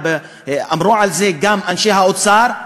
אמרו על זה גם אנשי האוצר,